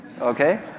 okay